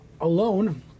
alone